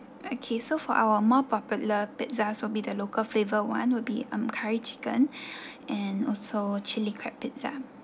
okay so for our more popular pizzas will be the local flavor one would be um curry chicken and also chilli crab pizza